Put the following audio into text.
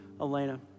Elena